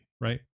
right